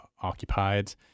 occupied